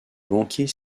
banquier